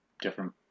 different